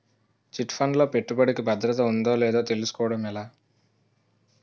Chit fund లో పెట్టుబడికి భద్రత ఉందో లేదో తెలుసుకోవటం ఎలా?